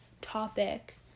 topic